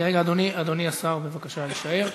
אדוני השר, בבקשה להישאר.